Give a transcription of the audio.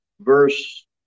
Verse